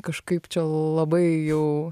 kažkaip čia labai jau